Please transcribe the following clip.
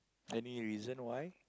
any reason why